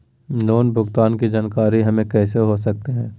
Loan भुगतान की जानकारी हम कैसे हो सकते हैं?